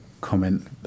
comment